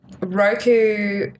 Roku